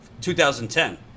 2010